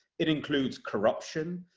it includes corruption.